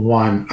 one